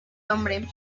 hombre